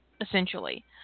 essentially